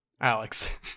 Alex